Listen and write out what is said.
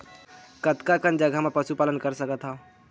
कतका कन जगह म पशु पालन कर सकत हव?